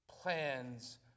plans